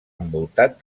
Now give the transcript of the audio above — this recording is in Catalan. envoltat